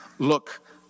look